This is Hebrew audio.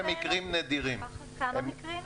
כמה מקרים?